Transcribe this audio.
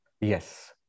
Yes